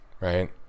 right